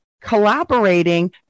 collaborating